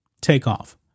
Takeoff